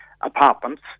apartments